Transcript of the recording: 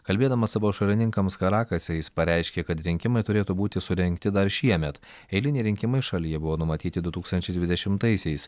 kalbėdamas savo šalininkams karakase jis pareiškė kad rinkimai turėtų būti surengti dar šiemet eiliniai rinkimai šalyje buvo numatyti du tūkstančiai dvidešimtaisiais